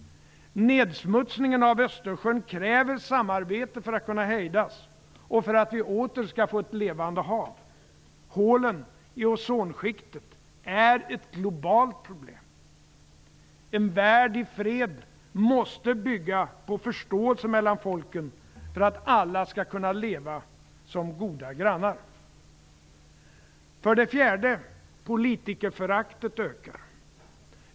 Nedsmutsningen av Östersjön kräver samarbete för att kunna hejdas och för att vi åter skall få ett levande hav. Hålen i ozonskiktet är ett globalt problem. En värld i fred måste bygga på förståelse mellan folken för att alla skall kunna leva som goda grannar. För det fjärde ökar politikerföraktet.